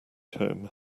home